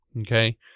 Okay